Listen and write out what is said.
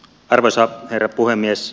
arvoisa herra puhemies